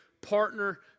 partner